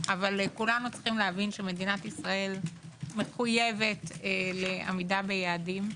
אבל כולנו צריכים להבין שמדינת ישראל מחויבת לעמידה ביעדים,